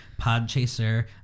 Podchaser